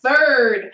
third